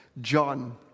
John